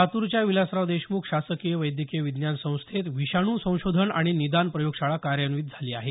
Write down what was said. लातूरच्या विलासराव देशमुख शासकीय वैद्यकीय विज्ञान संस्थेत विषाणू संशोधन आणि निदान प्रयोगशाळा कार्यान्वित झाली आहे